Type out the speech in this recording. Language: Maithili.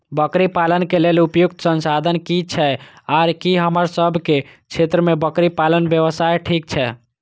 बकरी पालन के लेल उपयुक्त संसाधन की छै आर की हमर सब के क्षेत्र में बकरी पालन व्यवसाय ठीक छै?